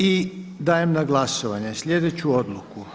I dajem na glasovanje sljedeću odluku.